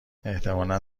احتمالا